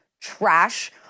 trash